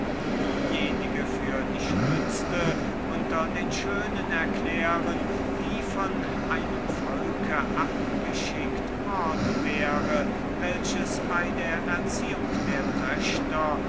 diejenige für die schönste unter den schönen erklären die von einem volke abgeschickt worden welches bei der erziehung der